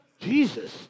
Jesus